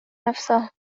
نفسه